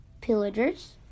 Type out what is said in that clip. pillagers